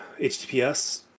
HTTPS